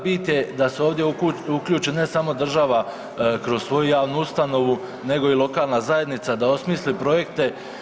Bit je da se ovdje uključi ne samo država kroz svoju javnu ustanovu, nego i lokalna zajednica da osmisli projekte.